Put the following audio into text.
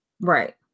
Right